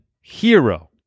hero